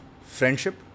friendship